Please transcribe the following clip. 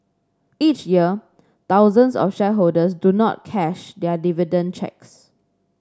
each year thousands of shareholders do not cash their dividend cheques